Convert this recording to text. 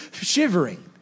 shivering